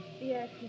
Yes